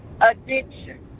addiction